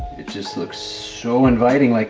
it just looks so inviting, like